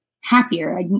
happier